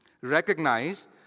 Recognize